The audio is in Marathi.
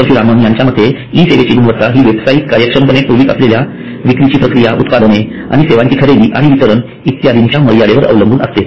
परशुरामन यांच्या मते ई सेवेची गुणवत्ता ही वेबसाइट कार्यक्षमपणे पुरवीत असलेल्या विक्रीची प्रक्रिया उत्पादने आणि सेवाचीं खरेदी आणि वितरण इत्यादींच्या मर्यादेवर अवलंबून असते